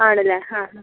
ആണല്ലേ ആ ആ